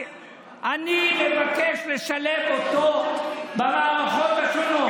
אני מבקש לשלב אותו במערכות השונות.